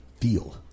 Feel